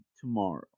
tomorrow